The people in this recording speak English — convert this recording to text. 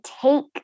take